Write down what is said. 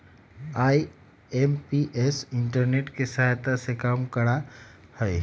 IMPS internet के सहायता से काम करा हई